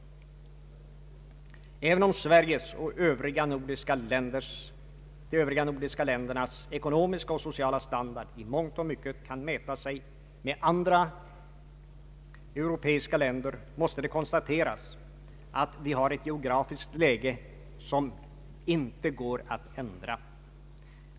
Även om Sverige och de övriga nordiska ländernas ekonomiska och sociala standard i mångt och mycket kan mäta sig med andra europeiska länders, måste det konstateras att vi har ett geografiskt läge som inte går att ändra.